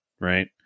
Right